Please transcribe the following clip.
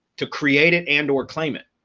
to create it and or claim it.